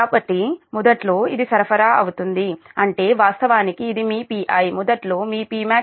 కాబట్టి మొదట్లో ఇది సరఫరా అవుతుంది అంటే వాస్తవానికి ఇది మీ Pi మొదట్లో మీ Pmax